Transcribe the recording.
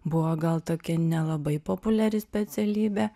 buvo gal tokia nelabai populiari specialybė